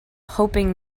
hoping